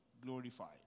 glorified